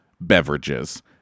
beverages